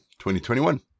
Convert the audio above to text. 2021